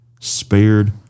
spared